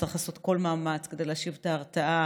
ונצטרך לעשות כל מאמץ כדי להשיב את ההרתעה